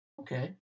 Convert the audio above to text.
Okay